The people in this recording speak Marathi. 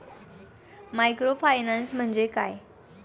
मायक्रोफायनान्स म्हणजे काय?